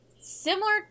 similar